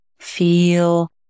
feel